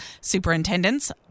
superintendents